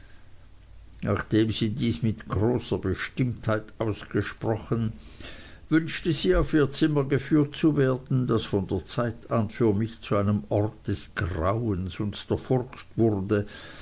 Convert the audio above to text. nachdem sie dies mit großer bestimmtheit ausgesprochen wünschte sie auf ihr zimmer geführt zu werden das von der zeit an für mich zu einem ort des grauens und der furcht wurde